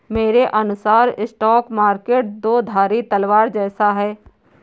मेरे अनुसार stock market दो धारी तलवार जैसा है